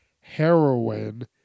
heroin